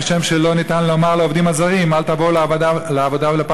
כשם שלא ניתן לומר לעובדים הזרים אל תבואו לעבודה ולפרנסה,